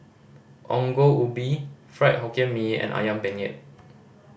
Ongol Ubi Fried Hokkien Mee and Ayam Penyet